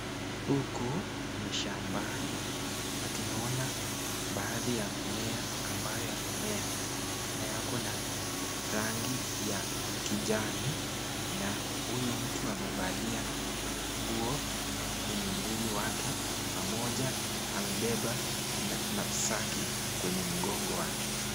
Huku ni shambani na tunaona baadhi ya mimea ambayo yamea na yako na rangi ya kijani na huyu mtu amevalia nguo kwenye mwili wake pamoja amebeba napsaki kwenye mgongo wake.